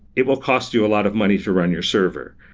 it will cost you a lot of money to run your server.